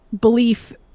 belief